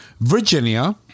Virginia